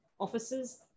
officers